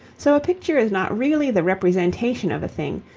so a picture is not really the representation of a thing,